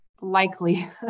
likely